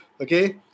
Okay